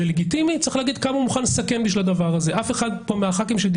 זה לגיטימי אבל צריך להגיד כמה הוא מוכן לסכן בשביל הדבר הזה.